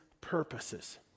purposes